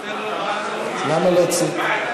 למה להוציא?